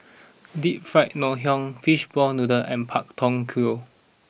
Deep Fried Ngoh Hiang Fish Ball Noodle and Pak Thong Ko